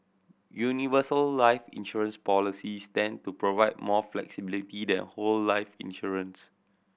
universal life insurance policies tend to provide more flexibility than whole life insurance